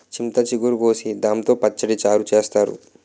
చింత చిగురు కోసి దాంతో పచ్చడి, చారు చేత్తారు